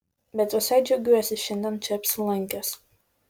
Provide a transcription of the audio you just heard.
bet visai džiaugiuosi šiandien čia apsilankęs